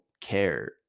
care